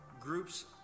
groups